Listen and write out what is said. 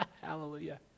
Hallelujah